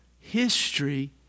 history